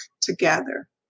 together